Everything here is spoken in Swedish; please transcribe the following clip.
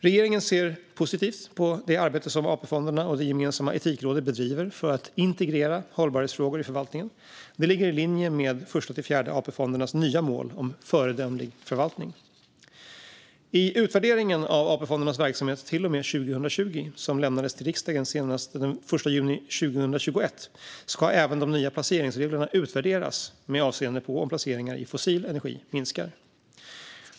Regeringen ser positivt på det arbete som AP-fonderna och det gemensamma Etikrådet bedriver för att integrera hållbarhetsfrågor i förvaltningen. Det ligger i linje med Första-Fjärde AP-fondens nya mål om föredömlig förvaltning. I utvärderingen av AP-fondernas verksamhet till och med 2020, som lämnas till riksdagen senast den 1 juni 2021, ska även de nya placeringsreglerna utvärderas med avseende på om placeringar i fossil energi minskar.